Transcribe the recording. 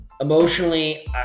Emotionally